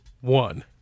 one